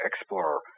explorer